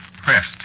Pressed